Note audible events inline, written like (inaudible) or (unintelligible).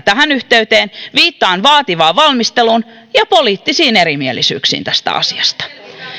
(unintelligible) tähän yhteyteen viittaan vaativaan valmisteluun ja poliittisiin erimielisyyksiin tästä asiasta